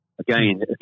Again